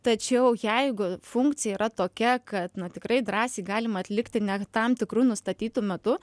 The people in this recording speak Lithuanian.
tačiau jeigu funkcija yra tokia kad na tikrai drąsiai galima atlikti ne tam tikru nustatytu metu